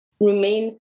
remain